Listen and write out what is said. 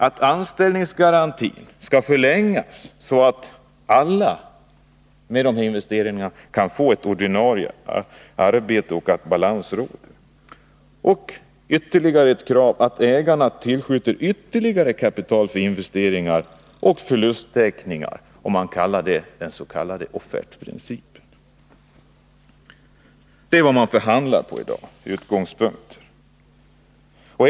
Att anställningsgarantin skall förlängas så att alla — med dessa investeringar — kan få ordinarie arbete och att balans skall råda är ett annat krav. Ytterligare ett krav är att ägarna skall tillskjuta ytterligare kapital för investeringar och förlusttäckning — man kallar det offertprincipen. Det är de utgångspunkter som man förhandlar utifrån i dag.